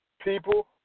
people